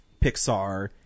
Pixar